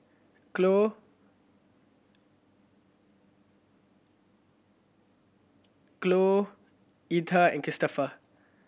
CloeCloe Aleta and Christopher